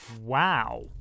Wow